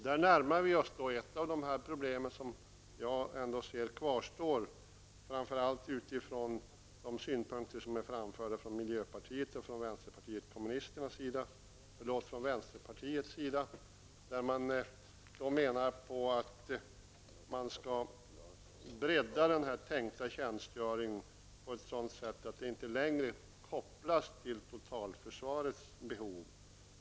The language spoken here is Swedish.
Där närmar vi oss ett av de problem som jag anser kvarstår, framför allt med tanke på de synpunkter som framförts från miljöpartiet och vänsterpartiet. Man menar att den tänkta tjänstgöringen skall breddas på ett sådant sätt att det här i fortsättningen inte kopplas till totalförsvarets behov.